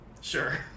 Sure